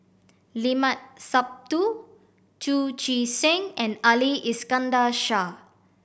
Limat Sabtu Chu Chee Seng and Ali Iskandar Shah